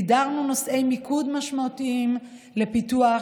הגדרנו נושאי מיקוד משמעותיים לפיתוח,